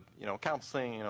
you know counseling, you know